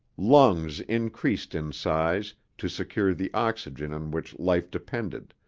lungs increased in size to secure the oxygen on which life depended,